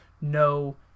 no